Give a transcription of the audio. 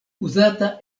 uzata